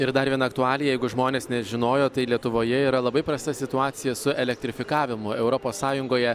ir dar viena aktualija jeigu žmonės nežinojo tai lietuvoje yra labai prasta situacija su elektrifikavimu europos sąjungoje